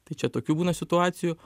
tai čia tokių būna situacijų